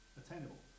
attainable